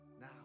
now